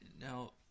Now